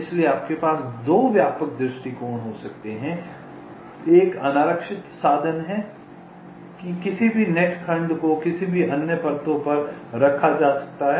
इसलिए आपके पास 2 व्यापक दृष्टिकोण हो सकते हैं एक अनारक्षित साधन है कि किसी भी नेट खंड को किसी भी अन्य परतों पर रखा जा सकता है